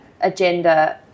agenda